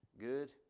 Good